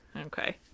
okay